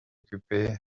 occupé